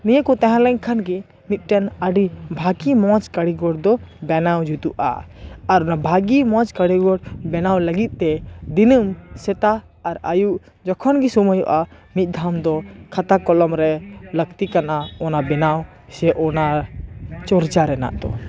ᱱᱤᱭᱟᱹ ᱠᱚ ᱛᱟᱦᱮᱸ ᱞᱮᱱᱠᱷᱟᱱ ᱜᱮ ᱢᱤᱫᱴᱮᱱ ᱟᱹᱰᱤ ᱵᱷᱟᱜᱮ ᱢᱚᱡᱽ ᱠᱟᱹᱨᱤᱜᱚᱨ ᱫᱚ ᱵᱮᱱᱟᱣ ᱡᱩᱛᱩᱜᱼᱟ ᱟᱨ ᱵᱷᱟᱜᱮ ᱢᱚᱡᱽ ᱠᱟ ᱨᱤᱜᱚᱨ ᱵᱮᱱᱟᱣ ᱞᱟᱹᱜᱤᱫ ᱛᱮ ᱫᱤᱱᱟᱹᱢ ᱥᱮᱛᱟᱜ ᱟᱨ ᱟᱭᱩᱵ ᱡᱚᱠᱷᱚᱱ ᱜᱮ ᱥᱳᱢᱚᱭᱚᱜᱼᱟ ᱢᱤᱫ ᱫᱷᱟᱢ ᱫᱚ ᱠᱷᱟᱛᱟ ᱠᱚᱞᱚᱢ ᱨᱮ ᱞᱟᱹᱠᱛᱤ ᱠᱟᱱᱟ ᱚᱱᱟ ᱵᱮᱱᱟᱣ ᱥᱮ ᱚᱱᱟ ᱪᱚᱨᱪᱟ ᱨᱮᱱᱟᱜ ᱫᱚ